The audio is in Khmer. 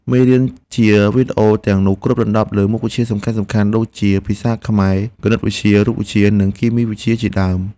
មេរៀនជាវីដេអូទាំងនោះគ្របដណ្តប់លើមុខវិជ្ជាសំខាន់ៗដូចជាភាសាខ្មែរ គណិតវិទ្យា រូបវិទ្យា និងគីមីវិទ្យាជាដើម។